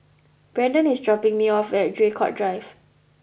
Brendon is dropping me off at Draycott Drive